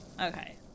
Okay